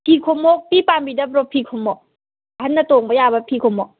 ꯐꯤ ꯈꯣꯡꯎꯞꯇꯤ ꯄꯥꯝꯕꯤꯗꯕ꯭ꯔꯣ ꯐꯤ ꯈꯣꯡꯎꯞ ꯑꯍꯟꯅ ꯇꯣꯡꯕ ꯌꯥꯕ ꯐꯤ ꯈꯣꯡꯎꯞ